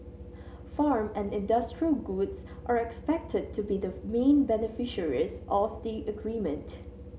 farm and industrial goods are expected to be the main beneficiaries of the agreement